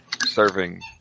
serving